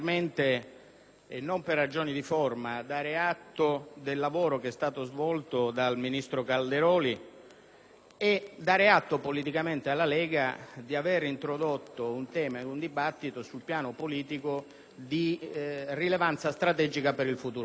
e non per ragioni di forma, dare atto sia del lavoro svolto dal ministro Calderoli, sia politicamente dare atto alla Lega di avere introdotto un tema ed un dibattito sul piano politico di rilevanza strategica per il futuro del Paese.